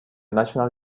national